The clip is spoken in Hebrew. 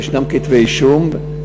יש כתבי אישום,